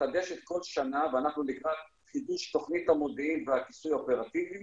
מתחדשת כל שנה ואנחנו לקראת חידוש תוכנית המודיעין והכיסוי האופרטיבי